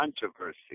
controversy